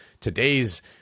today's